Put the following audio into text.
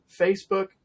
Facebook